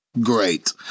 Great